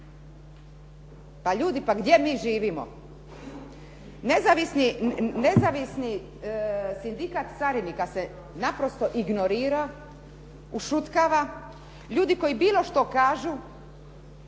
Pa ljudi pa gdje mi živimo! Nezavisni sindikat carinika se naprosto ignorira, ušutkava. Ljudi koji bilo što kažu